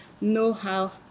know-how